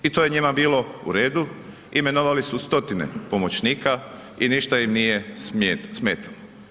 I to je njima bilo u redu, imenovali su stotine pomoćnika i ništa im nije smetalo.